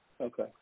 Okay